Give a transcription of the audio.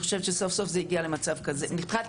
סוף-סוף זה הגיע למצב כזה מבחינת